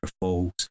Falls